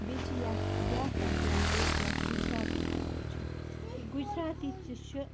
بیٚیہِ چھِ یَتھ بیٛاکھ اَکھ لینٛگویج یَتھ گُجراتی وَنان چھِ یہِ گُجراتی تہِ چھُ